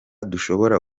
dushobora